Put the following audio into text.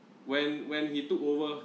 when when he took over